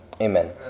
amen